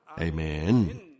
Amen